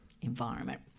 environment